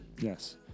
Yes